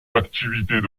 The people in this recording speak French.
activités